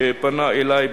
אנחנו דיברנו